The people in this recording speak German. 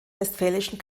westfälischen